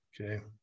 Okay